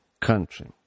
country